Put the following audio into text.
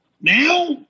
Now